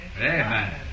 Amen